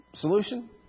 solution